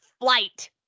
flight